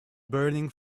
burning